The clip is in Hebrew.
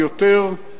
יותר,